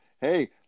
Hey